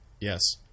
Yes